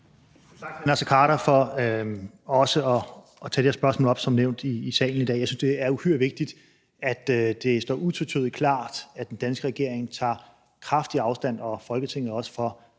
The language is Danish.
hr. Naser Khader for også at tage det her spørgsmål op i salen i dag. Jeg synes, det er uhyre vigtigt, at det står utvetydigt klart, at den danske regering og også Folketinget tager